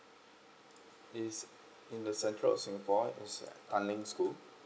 is in the central of singapore is tanglin school